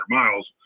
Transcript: miles